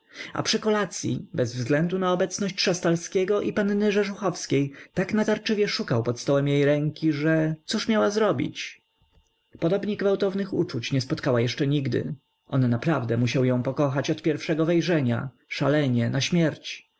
a przy kolacyi bez względu na obecność szastalskiego i panny rzeżuchowskiej tak natarczywie szukał pod stołem jej ręki że cóż miała zrobić podobnie gwałtownych uczuć nie spotkała jeszcze nigdy on naprawdę musiał ją pokochać od pierwszego wejrzenia szalenie na śmierć